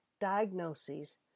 diagnoses